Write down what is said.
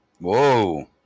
whoa